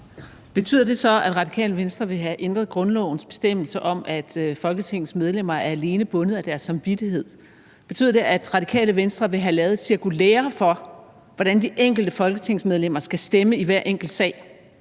Betyder det så, at Radikale Venstre vil have ændret grundlovens bestemmelse om, at Folketingets medlemmer alene er bundet af deres samvittighed? Betyder det, at Radikale Venstre vil have lavet et cirkulære for, hvordan de enkelte folketingsmedlemmer skal stemme i hver enkelt sag,